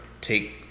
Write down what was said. take